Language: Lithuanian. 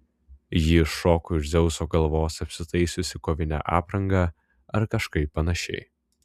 ji iššoko iš dzeuso galvos apsitaisiusi kovine apranga ar kažkaip panašiai